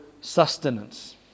sustenance